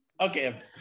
okay